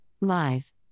Live